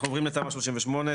אנחנו עוברים לתמ"א 38,